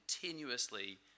continuously